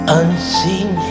unseen